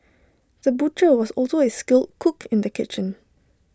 the butcher was also A skilled cook in the kitchen